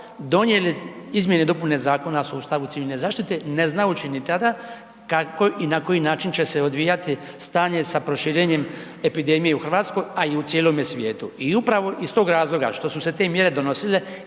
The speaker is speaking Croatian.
donijeli izmjene i dopune Zakona o sustavu civilne zaštite ne znajući ni tada i na koji način će se odvijati stanje sa proširenjem epidemije u RH, a i u cijelome svijetu. I upravo iz tog razloga što su se te mjere donosile